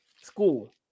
school